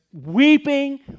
weeping